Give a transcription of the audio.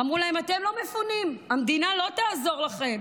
אמרו להם: אתם לא מפונים, המדינה לא תעזור לכם.